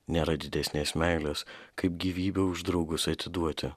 nėra didesnės meilės kaip gyvybę už draugus atiduoti